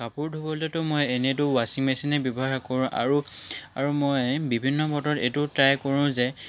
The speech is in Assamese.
কাপোৰ ধুবলৈতো মই এনেতো ৱাচিং মেচিনে ব্যৱহাৰ কৰোঁ আৰু আৰু মই বিভিন্ন বতৰত এইটো ট্ৰাই কৰোঁ যে